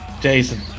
Jason